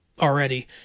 already